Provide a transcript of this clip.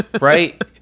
right